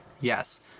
Yes